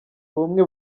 ubumwe